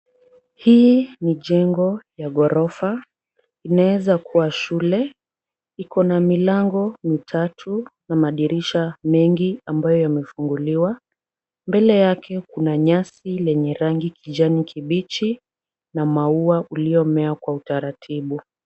Hii ni jengo ya ghorofa, inaweza kuwa shule. Iko na milango mitatu na madirisha mengi ambayo yamefunguliwa. Mbele yake kuna nyasi lenye rangi kijani kibichi na maua uliomea kwa utaratibu.